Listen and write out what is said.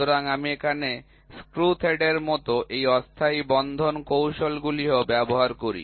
সুতরাং আমি এখানে স্ক্রু থ্রেডের মতো এই অস্থায়ী বন্ধন কৌশলগুলিও ব্যবহার করি